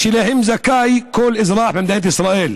שזכאי להן כל אזרח במדינת ישראל.